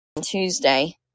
Tuesday